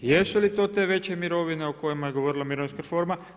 Jesu li to te veće mirovine o kojim je govorila mirovinska reforma?